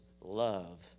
love